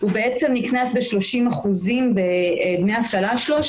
הוא בעצם נקנס ב-30% מדמי האבטלה שלו,